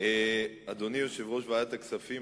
אדוני יושב-ראש ועדת הכספים,